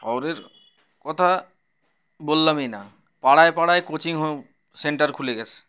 শহরের কথা বললামই না পাড়ায় পাড়ায় কোচিং হো সেন্টার খুলে গিয়েছে